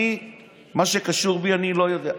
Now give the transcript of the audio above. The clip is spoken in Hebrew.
מה שקשור בי, אני לא יודע.